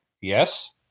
yes